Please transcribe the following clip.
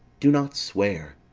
do not swear.